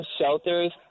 shelters